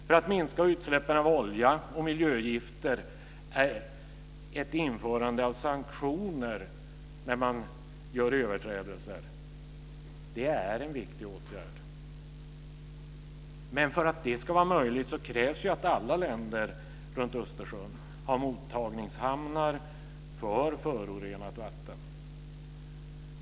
För att minska utsläppen av olja och miljögifter är ett införande av sanktioner för dem som gör överträdelser en viktig åtgärd. Men för att det ska vara möjligt krävs ju att alla länder runt Östersjön har mottagningshamnar för förorenat vatten.